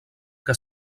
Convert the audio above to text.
que